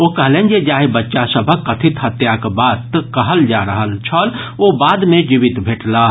ओ कहलनि जे जाहि बच्चा सभक कथित हत्याक बात कहल जा रहल छल ओ बाद मे जीवित भेटलाह